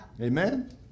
Amen